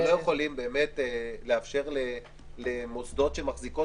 אנחנו לא יכולים לאפשר למוסדות שמחזיקים